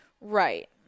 Right